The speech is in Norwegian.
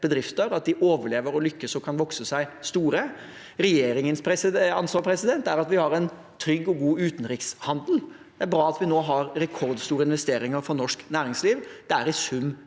bedrifter, og at de overlever og lykkes og kan vokse seg store. Regjeringens ansvar er at vi har en trygg og god utenrikshandel. Det er bra at vi nå har rekordstore investeringer for norsk næringsliv. Det er i sum